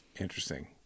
Interesting